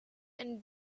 and